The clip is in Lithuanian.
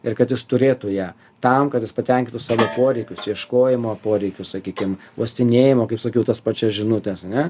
ir kad jis turėtų ją tam kad jis patenkintų savo poreikius ieškojimo poreikius sakykim uostinėjimo kaip sakiau tas pačias žinutes ane